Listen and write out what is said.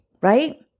right